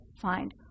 find